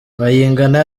bayingana